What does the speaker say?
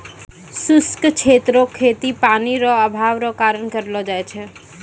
शुष्क क्षेत्र रो खेती पानी रो अभाव रो कारण करलो जाय छै